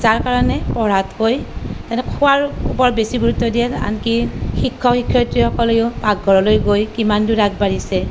যাৰ কাৰণে পঢ়াতকৈ সিহঁতে খোৱাৰ ওপৰত বেছি গুৰুত্ব দিয়ে আনকি শিক্ষক শিক্ষয়িত্ৰীসকলেও পাকঘৰলৈ গৈ কিমান দূৰ আগবাঢ়িছে